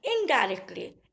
indirectly